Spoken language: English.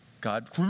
God